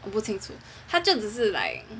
我不清楚它就只是 like